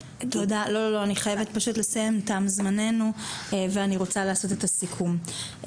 אנחנו חייבים פשוט לסיים משום שתם זמנינו ואני רוצה לסכם את הדיון.